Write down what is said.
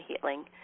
healing